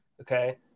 okay